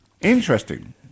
Interesting